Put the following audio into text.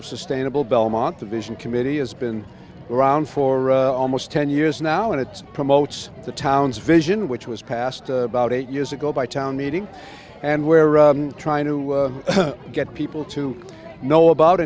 of sustainable belmont the vision committee has been around for almost ten years now and it promotes the town's vision which was passed about eight years ago by town meeting and where we're trying to get people to know about